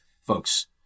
Folks